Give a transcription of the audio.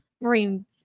Marine